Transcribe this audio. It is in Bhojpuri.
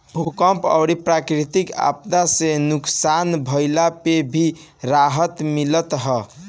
भूकंप अउरी प्राकृति आपदा से नुकसान भइला पे भी राहत मिलत हअ